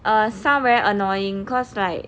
err sound very annoying cause like